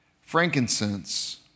frankincense